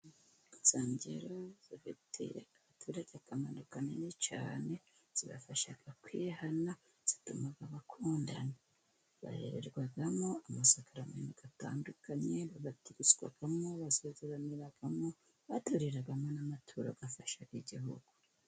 Insengero zifitiye abaturage akamaro kanini cyane, zibafasha kwihana, zituma bakundana, baherwamo amasakaramentu atandukanye, babatirizwamo, basezeraniramo, banaturiramo amaturo afasha igihugu.